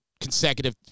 consecutive